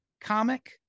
comic